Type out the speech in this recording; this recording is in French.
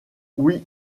oui